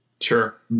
Sure